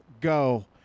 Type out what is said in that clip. go